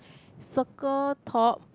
circle top